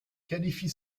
qualifie